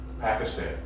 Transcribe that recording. Pakistan